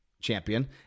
champion